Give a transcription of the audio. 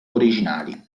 originali